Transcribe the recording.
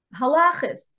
Halachist